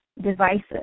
devices